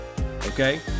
okay